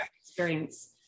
experience